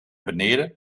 beneden